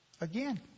Again